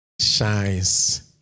shines